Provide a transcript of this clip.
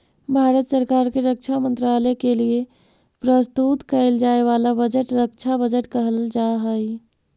भारत सरकार के रक्षा मंत्रालय के लिए प्रस्तुत कईल जाए वाला बजट रक्षा बजट कहल जा हई